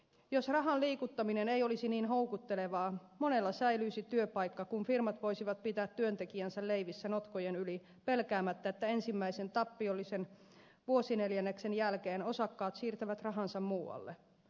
jos rahan liikuttaminen ei olisi niin houkuttelevaa monella säilyisi työpaikka kun firmat voisivat pitää työntekijänsä leivissä notkojen yli pelkäämättä että ensimmäisen tappiollisen vuosineljänneksen jälkeen osakkaat siirtävät rahansa muualle